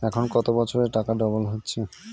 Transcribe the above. এখন কত বছরে টাকা ডবল হচ্ছে?